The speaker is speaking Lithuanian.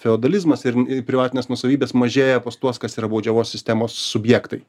feodalizmas ir privatinės nuosavybės mažėja pas tuos kas yra baudžiavos sistemos subjektai